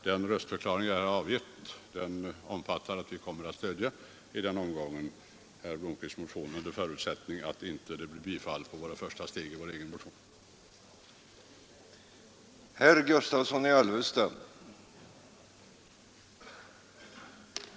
Den röstförklaring jag här har avgivit innebär att vi kommer att stödja herr Blomkvists motion i en senare omgång under förutsättning att de två första yrkandena i vår egen motion inte vinner bifall.